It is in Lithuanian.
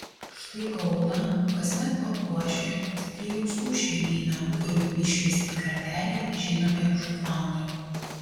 štai kauną kasmet papuošia ciplijauskų šeimyna kurių išvesti kardeliai žinomi ir už atlanto